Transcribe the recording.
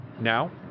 now